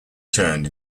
turned